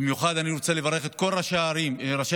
במיוחד אני רוצה לברך את כל ראשי המועצות